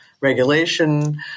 Regulation